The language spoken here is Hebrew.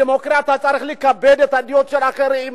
בדמוקרטיה צריך לכבד את הדעות של האחרים.